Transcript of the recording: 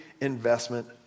investment